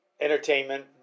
entertainment